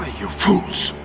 ah you fools!